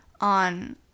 on